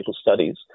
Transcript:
studies